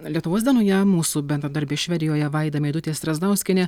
lietuvos dienoje mūsų bendradarbė švedijoje vaida meidutė strazdauskienė